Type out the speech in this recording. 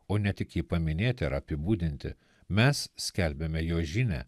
o ne tik jį paminėti ar apibūdinti mes skelbiame jo žinią